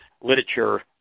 literature